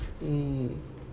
mm